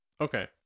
Okay